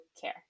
care